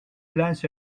lance